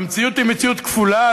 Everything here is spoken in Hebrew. והמציאות היא מציאות כפולה.